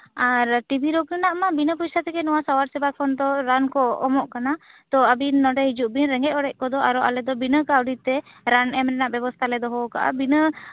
ᱟᱨ T B ᱨᱳᱜᱽ ᱨᱮᱭᱟᱜ ᱢᱟ ᱵᱤᱱᱟᱹ ᱯᱚᱭᱥᱟ ᱛᱮ ᱱᱚᱶᱟ ᱥᱟᱶᱟᱨ ᱥᱮᱵᱟ ᱠᱷᱚᱱ ᱨᱟᱱ ᱠᱚ ᱮᱢᱚᱜ ᱠᱟᱱᱟ ᱛᱚ ᱟᱵᱤᱱ ᱱᱚᱸᱰᱮ ᱦᱤᱡᱩᱜ ᱵᱤᱱ ᱨᱮᱸᱜᱮᱡᱼᱚᱨᱮᱡ ᱠᱚᱫᱚ ᱟᱞᱮ ᱫᱚ ᱵᱤᱱᱟᱹ ᱠᱟᱣᱰᱤ ᱛᱮ ᱨᱟᱱ ᱮᱢ ᱨᱮᱭᱟᱜ ᱵᱮᱵᱚᱥᱛᱟ ᱞᱮ ᱫᱚᱦᱚᱣᱟᱠᱟᱫᱼᱟ ᱵᱤᱱᱟᱹ